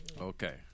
Okay